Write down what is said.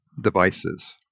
devices